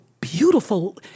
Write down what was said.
beautiful